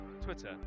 Twitter